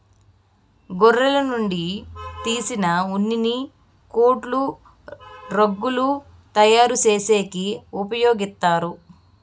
గొర్రెల నుంచి తీసిన ఉన్నిని కోట్లు, రగ్గులు తయారు చేసేకి ఉపయోగిత్తారు